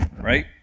right